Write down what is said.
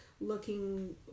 looking